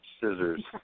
Scissors